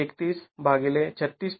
३१ ३६